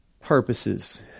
purposes